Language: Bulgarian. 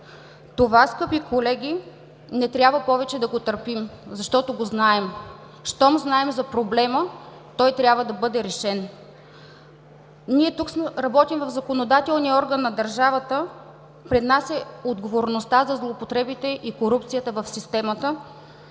Това, скъпи колеги, не трябва повече да го търпим, защото го знаем. Щом знаем за проблема, той трябва да бъде решен. Ние тук работим в законодателния орган на държавата. Пред нас е отговорността за злоупотребите и корупцията в системата,